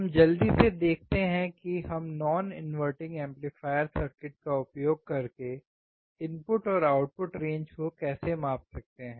हमें जल्दी से देखते हैं कि हम नॉनवर्टिंग एम्पलीफायर सर्किट का उपयोग करके इनपुट और आउटपुट रेंज को कैसे माप सकते हैं